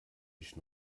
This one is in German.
ich